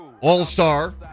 All-star